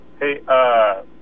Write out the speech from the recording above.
Hey